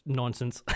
nonsense